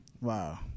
Wow